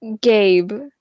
Gabe